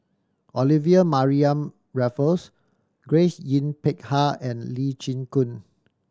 Olivia Mariamne Raffles Grace Yin Peck Ha and Lee Chin Koon